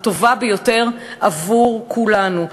הטובה ביותר עבור כולנו,